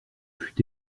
fût